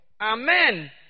Amen